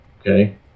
Okay